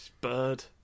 Bird